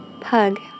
pug